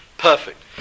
perfect